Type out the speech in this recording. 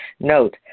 Note